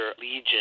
legion